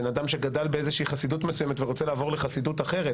בן אדם שגדל באיזושהי חסידות מסוימת ורוצה לעבור לחסידות אחרת